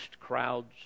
crowds